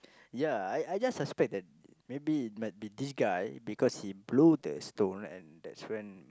ya I I just suspect that maybe it might be this guy because he blow the stone and that's when